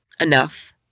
enough